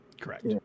Correct